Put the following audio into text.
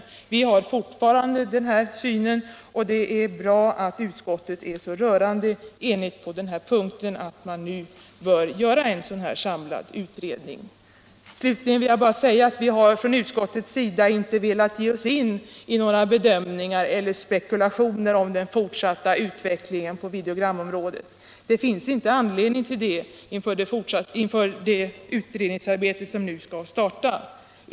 Vi har fortfarande den synen, och det är bra att utskottet nu är så enigt bakom kravet på en utredning. Slutligen vill jag bara säga att vi från utskottets sida inte velat ge oss in i några bedömningar eller spekulationer om den fortsatta utvecklingen på videogramområdet. Det finns inte anledning till det inför det utredningsarbete som nu skall starta.